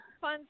fun